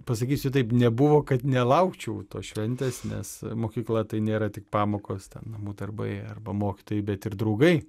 pasakysiu taip nebuvo kad nelaukčiau tos šventės nes mokykla tai nėra tik pamokos ten nebūtų arba jie arba mokytojai bet ir draugai